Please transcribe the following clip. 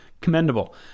commendable